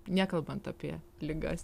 nekalbant apie ligas